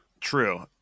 True